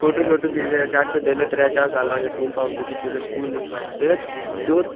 photo फुट्टू खिच्चदे जेल्लै त्रै चार सालै ई ओह् स्कूल पाई ओड़दे दे प्ही जेल्लै स्कूल प्ही जेल्लै स्कूल दौं